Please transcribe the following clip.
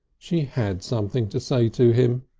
she had something to say to him.